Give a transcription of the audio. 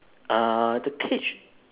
uh the cage